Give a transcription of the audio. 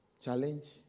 challenge